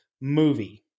movie